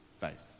faith